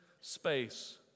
space